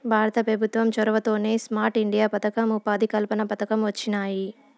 భారత పెభుత్వం చొరవతోనే స్మార్ట్ ఇండియా పదకం, ఉపాధి కల్పన పథకం వొచ్చినాయి